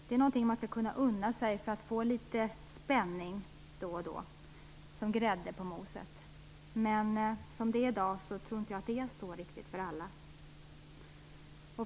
Det är något man skall kunna unna sig för att få litet spänning då och då som grädde på moset. I dag tror jag inte riktigt att det är så för alla.